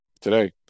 today